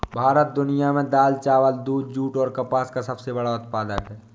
भारत दुनिया में दाल, चावल, दूध, जूट और कपास का सबसे बड़ा उत्पादक है